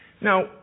Now